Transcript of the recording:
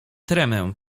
tremę